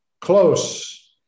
Close